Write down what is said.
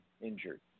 injured